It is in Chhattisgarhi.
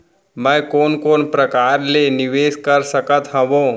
मैं कोन कोन प्रकार ले निवेश कर सकत हओं?